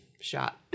shot